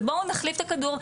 ובואו נחליף את הכדור,